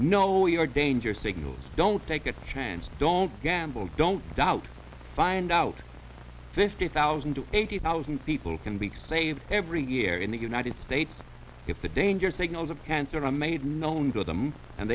know your danger signals don't take a chance don't gamble don't doubt find out fifty thousand to eighty thousand people can be saved every year in the united states if the danger signals of cancer are made known to them and